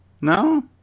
no